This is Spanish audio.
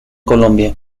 colombia